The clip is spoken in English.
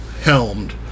helmed